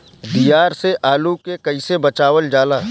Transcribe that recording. दियार से आलू के कइसे बचावल जाला?